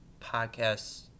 podcasts